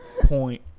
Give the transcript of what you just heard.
point